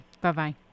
bye-bye